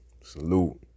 Salute